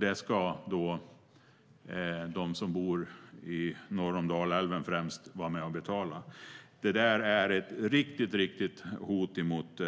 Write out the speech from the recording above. Det ska de som bor norr om Dalälven, främst, vara med och betala. Detta är ett riktigt hot mot